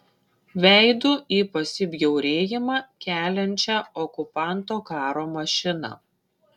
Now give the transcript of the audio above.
veidu į pasibjaurėjimą keliančią okupanto karo mašiną